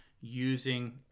using